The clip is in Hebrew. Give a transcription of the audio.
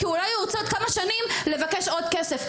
כי אולי הוא ירצה עוד כמה שנים לבקש עוד כסף.